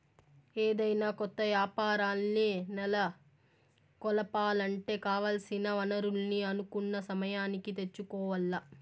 ఏదైనా కొత్త యాపారాల్ని నెలకొలపాలంటే కావాల్సిన వనరుల్ని అనుకున్న సమయానికి తెచ్చుకోవాల్ల